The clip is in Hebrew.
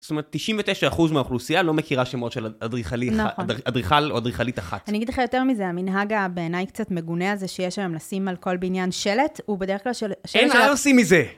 זאת אומרת, 99 אחוז מהאוכלוסייה לא מכירה שמות של אדריכל או אדריכלית אחת. אני אגיד לך יותר מזה, המנהג בעיניי קצת מגונה זה שיש היום לשים על כל בניין שלט, הוא בדרך כלל שלט... אין מה לשים מזה!